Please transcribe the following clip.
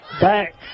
back